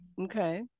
Okay